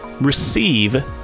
receive